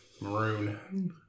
Maroon